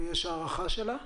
ויש הארכה שלה?